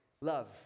Love